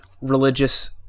religious